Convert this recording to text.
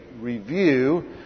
review